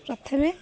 ପ୍ରଥମେ